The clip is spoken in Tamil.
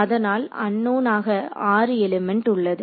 அதனால் அன்னோனாக 6 எலிமெண்ட்டு உள்ளது